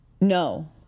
No